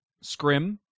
Scrim